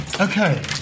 Okay